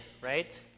right